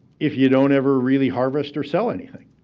if you don't ever really harvest or sell anything.